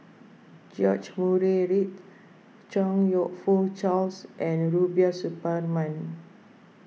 George Murray Reith Chong You Fook Charles and Rubiah Suparman